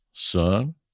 son